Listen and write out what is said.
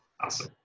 Awesome